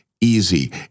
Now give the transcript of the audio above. easy